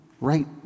right